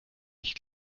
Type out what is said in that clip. ich